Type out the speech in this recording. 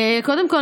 קודם כול,